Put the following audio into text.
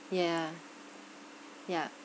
yeah yeah